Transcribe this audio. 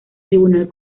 tribunal